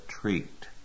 treat